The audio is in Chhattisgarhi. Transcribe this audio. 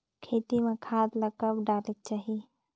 खेती म खाद ला कब डालेक चाही?